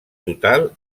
total